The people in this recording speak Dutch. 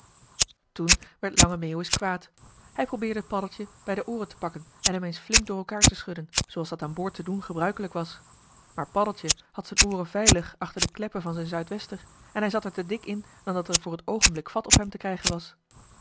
toen werd lange meeuwis kwaad hij probeerde paddeltje bij de ooren te pakken en hem eens flink door elkaar te schudden zooals dat aan boord te doen gebruikelijk was maar paddeltje had z'n ooren veilig achter de kleppen van zijn zuidwester en hij zat er te dik in dan dat er voor t oogenblik vat op hem te krijgen was